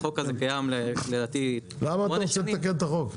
החוק הזה קיים לדעתי -- למה אתה רוצה לתקן את החוק?